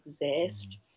exist